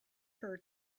her